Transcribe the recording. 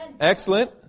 Excellent